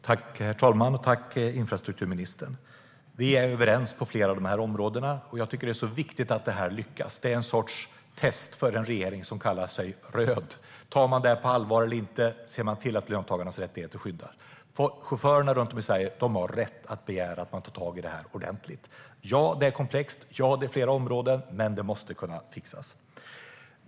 Herr talman! Tack, infrastrukturministern! Vi är överens på flera områden. Det är så viktigt att detta lyckas. Det är en sorts test för en regering som kallar sig röd. Tar man detta på allvar eller inte? Ser man till att löntagarnas rättigheter skyddas? Chaufförerna runt om i Sverige har rätt att begära att man ordentligt tar tag i detta. Det är komplext, och det är flera områden. Men det måste kunna fixas.